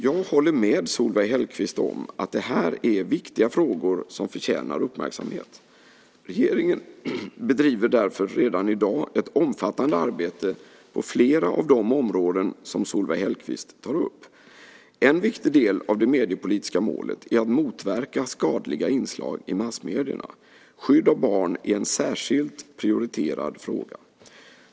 Jag håller med Solveig Hellquist om att det här är viktiga frågor som förtjänar uppmärksamhet. Regeringen bedriver därför redan i dag ett omfattande arbete på flera av de områden som Solveig Hellquist tar upp. En viktig del av det mediepolitiska målet är att motverka skadliga inslag i massmedierna. Skydd av barn är en särskilt prioriterad fråga.